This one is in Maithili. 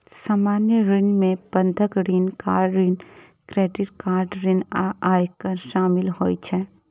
सामान्य ऋण मे बंधक ऋण, कार ऋण, क्रेडिट कार्ड ऋण आ आयकर शामिल होइ छै